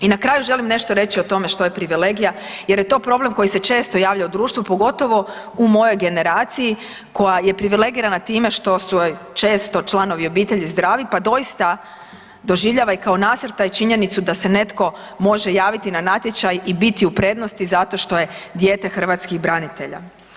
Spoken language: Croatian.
I na kraju želim nešto reći o tome što je privilegija, jer je to problem koji se često javlja u društvu pogotovo u mojoj generaciji koja je privilegirana time što su joj često članovi obitelji zdravi pa doista doživljava i kao nasrtaj i činjenicu da se netko može javiti na natječaj i biti u prednosti zato što je dijete hrvatskih branitelja.